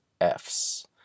F's